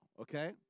okay